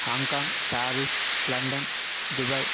Hong Kong Paris London Dubai